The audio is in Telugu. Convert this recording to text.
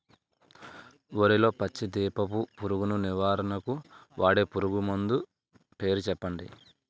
వరిలో పచ్చ దీపపు పురుగు నివారణకు వాడే పురుగుమందు పేరు చెప్పండి?